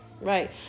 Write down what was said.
Right